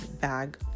bag